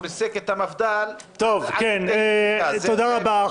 הוא ריסק את המפד"ל --- תודה רבה,